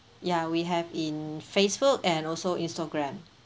ya we have in Facebook and also Instagram